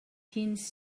pins